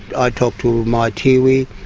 i talk to my tiwi,